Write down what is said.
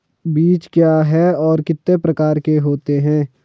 बीज क्या है और कितने प्रकार के होते हैं?